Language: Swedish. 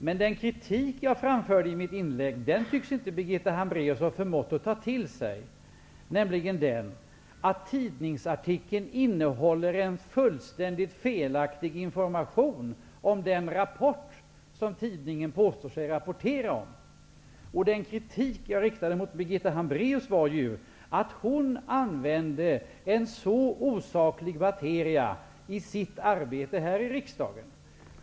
Men den kritik jag framförde i mitt inlägg tycks Birgitta Hambraeus inte ha förmått att ta till sig, nämligen den att tidningsartikeln innehåller en fullständigt felaktig information om den rapport som tidningen påstår sig referera. Den kritik jag riktade mot Birgitta Hambraeus var att hon använde en så osaklig materia i sitt arbete här i riksdagen.